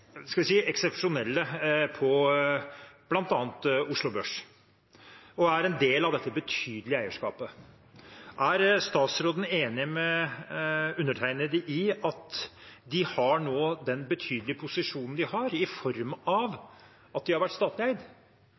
eksepsjonelle på bl.a. Oslo Børs og er en del av dette betydelige eierskapet. Er statsråden enig med undertegnede i at de nå har den betydelige posisjonen de har i form av at de har vært statlig eid?